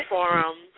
Forum